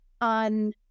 on